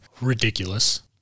Ridiculous